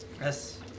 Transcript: Yes